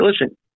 listen